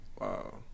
Wow